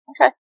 Okay